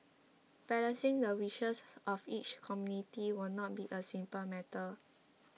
balancing the wishes of each community will not be a simple matter